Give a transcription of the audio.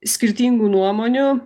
skirtingų nuomonių